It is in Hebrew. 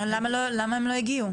אז למה הם לא הגיעו?